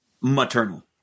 maternal